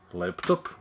laptop